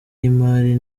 y’imari